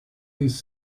these